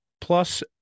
plus